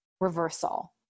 reversal